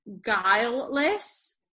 guileless